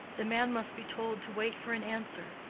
the man must be told to wait for an answer.